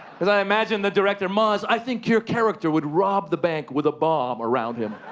because i imagine the director maz, i think your character would rob the bank with a bomb around him.